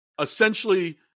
essentially